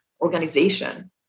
organization